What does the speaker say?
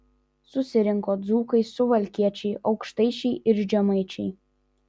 susirinko dzūkai suvalkiečiai aukštaičiai ir žemaičiai